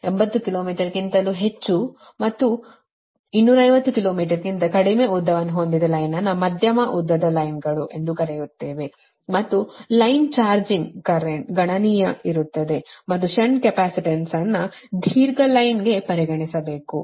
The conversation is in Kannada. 80 ಕಿಲೋಮೀಟರ್ಗಿಂತ ಹೆಚ್ಚು ಮತ್ತು 250 ಕಿಲೋಮೀಟರ್ಗಿಂತ ಕಡಿಮೆ ಉದ್ದವನ್ನು ಹೊಂದಿದ ಲೈನ್ ಅನ್ನು ಮಧ್ಯಮ ಉದ್ದದ ಲೈನ್ಗಳು ಎಂದು ಕರೆಯುತ್ತೇವೆ ಮತ್ತು ಲೈನ್ ಚಾರ್ಜಿಂಗ್ ಕರೆಂಟ್ ಗಣನೀಯವಾಗಿ ಇರುತ್ತದೆ ಮತ್ತು ಷಂಟ್ ಕೆಪಾಸಿಟನ್ಸ್ಅನ್ನು ಅಂತಹ ದೀರ್ಘ ಲೈನ್ಗೆ ಪರಿಗಣಿಸಬೇಕು